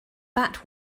bat